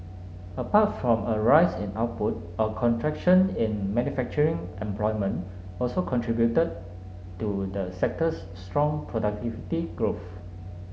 apart from a rise in output a contraction in manufacturing employment also contributed to the sector's strong productivity growth